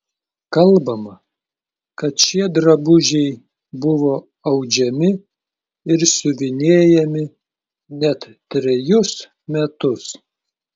kalbama kad šie drabužiai buvo audžiami ir siuvinėjami net trejus metus